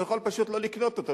הוא יכול פשוט לא לקנות אותו,